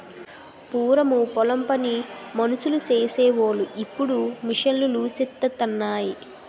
పూరము పొలం పని మనుసులు సేసి వోలు ఇప్పుడు మిషన్ లూసేత్తన్నాయి